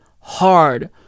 hard